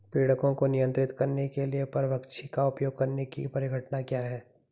पीड़कों को नियंत्रित करने के लिए परभक्षी का उपयोग करने की परिघटना क्या है?